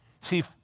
See